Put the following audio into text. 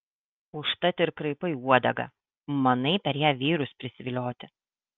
užtat ir kraipai uodegą manai per ją vyrus prisivilioti